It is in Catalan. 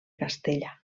castella